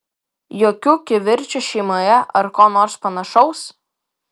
jokių kivirčų šeimoje ar ko nors panašaus